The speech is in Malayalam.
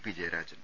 പി ജയരാജൻ